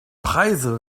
preise